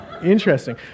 Interesting